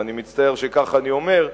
ואני מצטער שכך אני אומר.